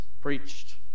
preached